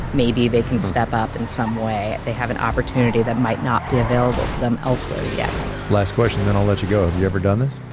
maybe they can step up in some way. they have an opportunity that might not be available to them elsewhere yet. last question, then i'll let you go. have you ever done this?